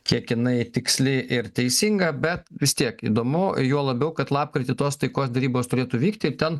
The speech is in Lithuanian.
kiek jinai tiksli ir teisinga bet vis tiek įdomu juo labiau kad lapkritį tos taikos derybos turėtų vykti ir ten